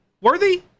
worthy